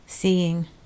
seeing